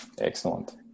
excellent